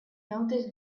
noticed